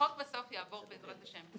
החוק בסוף יעבור בעזרת השם.